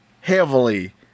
heavily